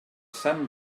sant